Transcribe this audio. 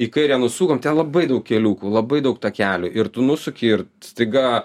į kairę nusukom ten labai daug keliukų labai daug takelių ir tu nusuki ir staiga